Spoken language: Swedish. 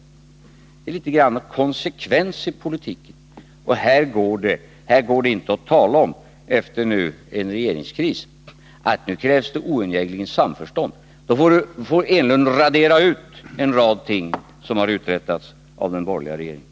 Det handlar litet grand om konsekvens i politiken. Det går inte att nu — efter en regeringskris — säga att det oundgängligen krävs samförstånd. Då får Eric Enlund radera ut en rad ting som har uträttats av den borgerliga regeringen.